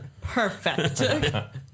Perfect